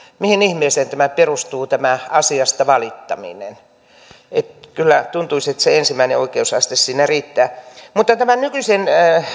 mihin ihmeeseen perustuu tämä asiasta valittaminen kyllä tuntuisi että ensimmäinen oikeusaste siinä riittää mutta onko ajateltu tämän nykyisen